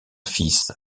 fils